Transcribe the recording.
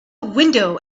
window